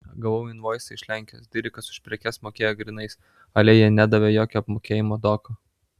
gavau invoisą iš lenkijos dirikas už prekes mokėjo grynais ale jie nedavė jokio apmokėjimo doko